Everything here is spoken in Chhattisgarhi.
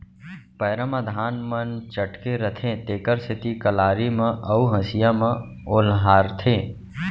पैरा म धान मन चटके रथें तेकर सेती कलारी म अउ हँसिया म ओलहारथें